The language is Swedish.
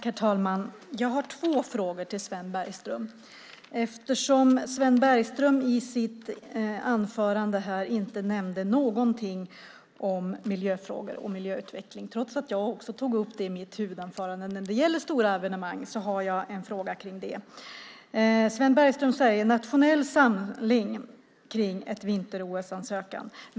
Herr talman! Jag har två frågor till Sven Bergström eftersom han i sitt anförande inte nämnde något om miljöfrågor och miljöutveckling. Trots att jag tog upp det i mitt huvudanförande när det gäller stora evenemang har jag en fråga om det. Sven Bergström talar om en nationell samling kring en ansökan om vinter-OS.